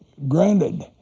granted.